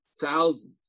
thousands